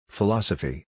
Philosophy